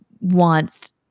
want